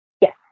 Yes